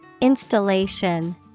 Installation